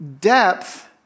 Depth